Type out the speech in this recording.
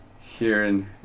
Herein